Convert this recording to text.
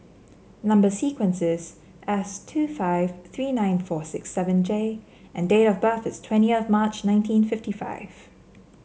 number sequence is S two five three nine four six seven J and date of birth is twenty of March nineteen fifty five